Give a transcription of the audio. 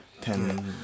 ten